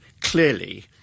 clearly